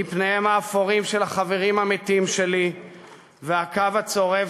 היא פניהם האפורים של החברים המתים שלי והקו הצורב